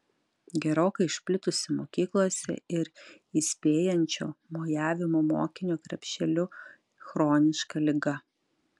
gerokai išplitusi mokyklose ir įspėjančio mojavimo mokinio krepšeliu chroniška liga